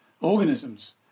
organisms